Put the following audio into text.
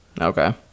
Okay